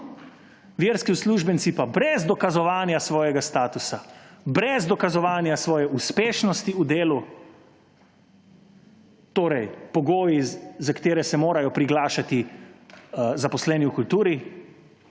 Verski uslužbenci pa brez dokazovanja svojega statusa, brez dokazovanja svoje uspešnosti v delu, torej pogoji, za katere se morajo priglašati zaposleni v kulturi